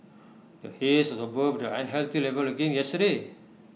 the haze was above the unhealthy level again yesterday